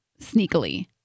sneakily